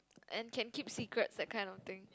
and can keep secrets that type of thing